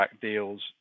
deals